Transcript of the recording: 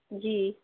जी